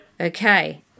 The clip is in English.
Okay